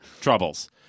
troubles